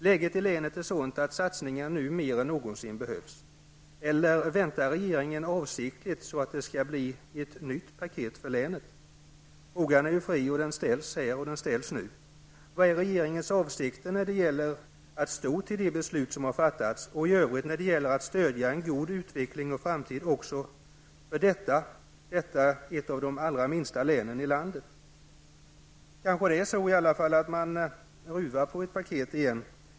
Läget i länet är sådant att satsningar nu mer än någonsin behövs. Eller väntar regeringen avsiktligt så att det skall bli ett nytt paket för länet? Frågan är ju fri och ställs här och nu. Vad är regeringens avsikter när det gäller att stå fast vid de beslut som har fattats och i övrigt när det gäller att stödja en god utveckling och framtid också för detta län som är ett av de minsta länen i landet? Kanske ruvar man i alla fall på ett paket igen.